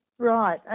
Right